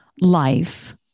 life